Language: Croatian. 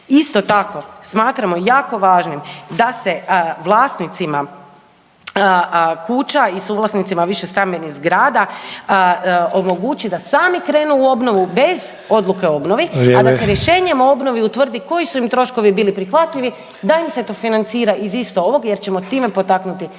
Isto tako smatramo jako važnim da se vlasnicima kuća i suvlasnicima višestambenih zgrada omogući da sami krenu u obnovu bez odluke o obnovi, a da se rješenjem o obnovi utvrdi koji su im troškovi bili prihvatljivi, da im se to financira iz isto ovog jer ćemo time potaknuti samoobnovu.